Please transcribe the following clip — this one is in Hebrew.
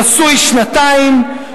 נשוי שנתיים,